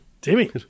timmy